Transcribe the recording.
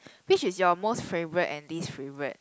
which is your most favourite and least favourite